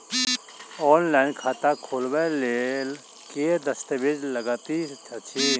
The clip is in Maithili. ऑनलाइन खाता खोलबय लेल केँ दस्तावेज लागति अछि?